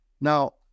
Now